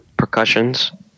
percussions